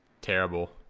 terrible